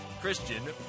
Christian